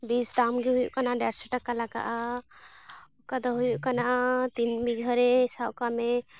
ᱵᱤᱥ ᱫᱟᱢᱜᱮ ᱦᱩᱭᱩᱜ ᱠᱟᱱᱟ ᱫᱮᱲᱥᱚ ᱴᱟᱠᱟ ᱞᱟᱜᱟᱼᱟ ᱚᱠᱟᱫᱚ ᱦᱩᱭᱩᱜ ᱠᱟᱱᱟ ᱛᱤᱱ ᱵᱤᱜᱷᱟᱹ ᱨᱮ ᱥᱟᱵᱠᱟᱜ ᱢᱮ